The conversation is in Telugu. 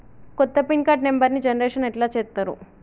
కొత్త పిన్ కార్డు నెంబర్ని జనరేషన్ ఎట్లా చేత్తరు?